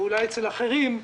ואולי אצל אחרים,